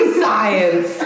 science